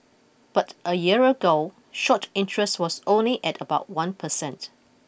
but a year ago short interest was only at about one per cent